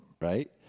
right